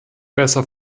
besser